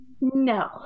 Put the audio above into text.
no